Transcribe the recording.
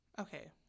Okay